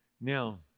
Now